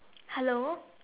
hello